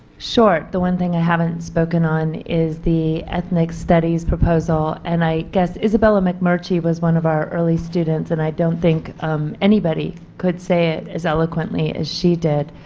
short. the one thing i haven't spoken on is the ethnic studies proposal and i guess, isabella macmerchie was one of our early students and i don't think anybody could say it as eloquently as she did.